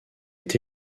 est